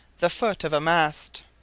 the foot of a mast.